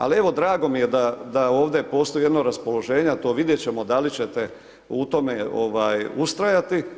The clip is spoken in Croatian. Ali, evo drago mi je da ovdje postoji jedno raspoloženje, eto vidjet ćemo da li ćete u tome ovaj ustrajati.